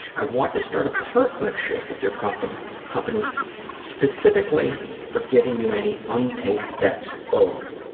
i want to start a partnership with your company company specifically for getting you any unpaid debts owed.